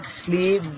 sleep